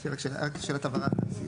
יש לי שאלת הבהרה.